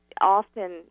often